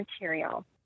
material